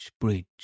bridge